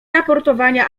raportowania